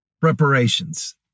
Preparations